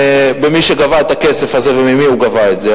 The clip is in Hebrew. מי שגבה את הכסף הזה, וממי הוא גבה אותו.